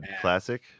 Classic